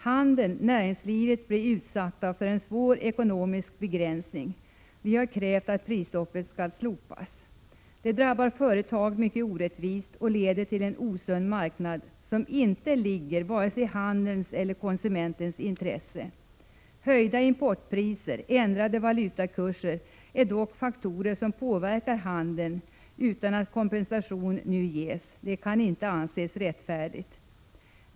Handeln och näringslivet blir utsatta för en svår ekonomisk begränsning. Folkpartiet har krävt att prisstoppet skall slopas. Det drabbar företag mycket orättvist och leder till en osund marknad, som inte ligger vare sig i handelns eller i konsumentens intresse. Höjda importpriser och ändrade valutakurser är dock faktorer som påverkar handeln — utan att kompensation nu ges. Det kan inte anses rättfärdigt.